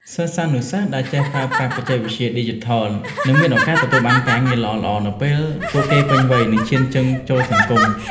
សិស្សានុសិស្សដែលចេះប្រើប្រាស់បច្ចេកវិទ្យាឌីជីថលនឹងមានឱកាសទទួលបានការងារល្អៗនៅពេលពួកគេពេញវ័យនិងឈានជើងចូលសង្គម។